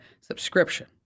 subscription